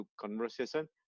conversation